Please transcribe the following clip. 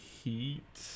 heat